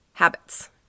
habits